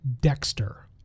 Dexter